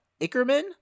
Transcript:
Ickerman